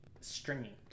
stringy